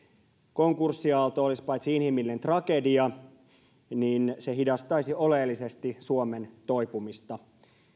konkurssiaalto paitsi olisi inhimillinen tragedia myös hidastaisi oleellisesti suomen toipumista